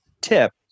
tip